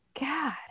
God